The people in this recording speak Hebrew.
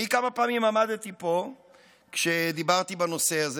אני כמה פעמים עמדתי פה כשדיברתי בנושא הזה,